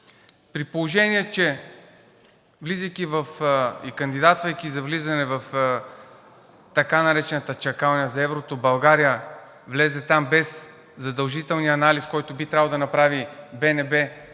При положение че влизайки и кандидатствайки за влизане в така наречената чакалня за еврото, България влезе там без задължителния анализ, който би трябвало да направи БНБ,